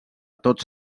tots